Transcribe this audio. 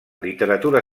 literatura